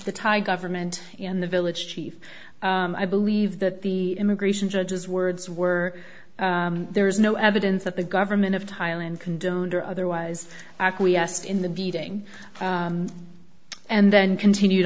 the thai government in the village chief i believe that the immigration judges words were there is no evidence that the government of thailand condoned or otherwise acquiesced in the beating and then continued